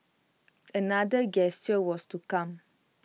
another gesture was to come